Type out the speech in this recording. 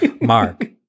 Mark